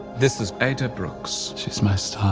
this is ada brooks. she's my star.